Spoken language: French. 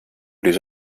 les